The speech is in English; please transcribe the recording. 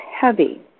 heavy